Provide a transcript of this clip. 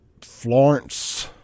Florence